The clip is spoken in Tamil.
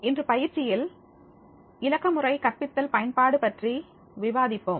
இன்று பயிற்சியில் இலக்கமுறை கற்பித்தல் பயன்பாடு பற்றி விவாதிப்போம்